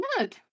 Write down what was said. nerd